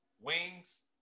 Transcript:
wings